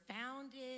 founded